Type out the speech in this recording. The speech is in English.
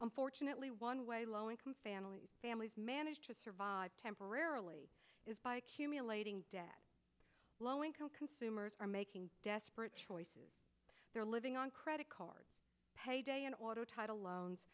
unfortunately one way low income family families manage to survive temporarily is by cumulating debt low income consumers are making desperate choices they're living on credit cards payday and auto title loans